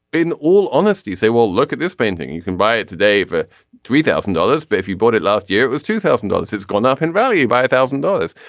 in all honesty say well look at this painting. you can buy it today for three thousand dollars but if you bought it last year it was two thousand dollars it's gone up in value by a thousand dollars.